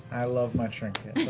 i love my trinket.